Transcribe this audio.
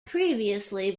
previously